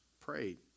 prayed